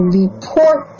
report